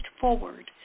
forward